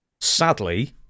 sadly